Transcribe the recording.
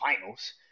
finals